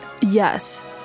Yes